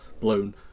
blown